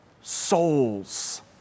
souls